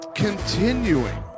Continuing